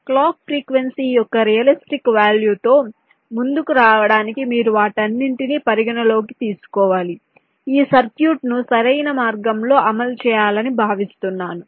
clock frequency యొక్క realistic value తో ముందుకు రావడానికి మీరు వాటన్నింటినీ పరిగణనలోకి తీసుకోవాలి ఈ సర్క్యూట్ను సరైన మార్గంలో అమలు చేయాలని భావిస్తున్నాము